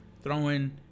throwing